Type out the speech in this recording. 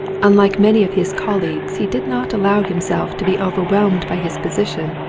un like many of his colleagues he did not allow himself to be overwhelmed by his position,